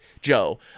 Joe